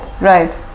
Right